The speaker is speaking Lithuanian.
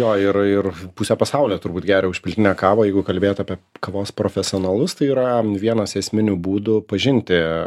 jo ir ir pusė pasaulio turbūt geria užpiltinę kavą jeigu kalbėt apie kavos profesionalus tai yra vienas esminių būdų pažinti